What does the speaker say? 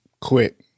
quit